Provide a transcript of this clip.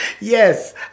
Yes